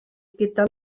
gyda